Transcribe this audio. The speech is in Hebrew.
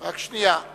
רק שנייה.